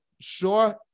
sure